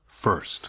First